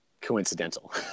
coincidental